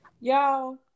Y'all